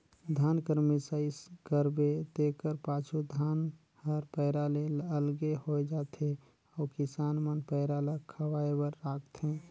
धान कर मिसाई करबे तेकर पाछू धान हर पैरा ले अलगे होए जाथे अउ किसान मन पैरा ल खवाए बर राखथें